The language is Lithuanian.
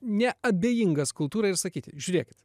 neabejingas kultūrai ir sakyti žiūrėkit